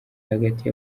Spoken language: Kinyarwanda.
hagati